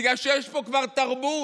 בגלל שיש פה כבר תרבות: